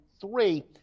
three